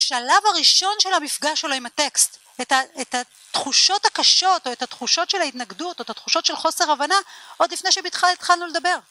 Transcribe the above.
שלב הראשון של המפגש שלו עם הטקסט, את התחושות הקשות או את התחושות של ההתנגדות או את התחושות של חוסר הבנה עוד לפני שהתחלנו לדבר